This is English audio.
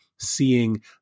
seeing